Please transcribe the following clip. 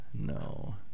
No